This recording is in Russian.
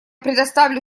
предоставлю